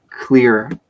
clear